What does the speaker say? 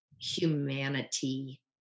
humanity